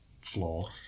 floor